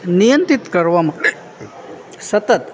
નિયંતીત કરવામાં સતત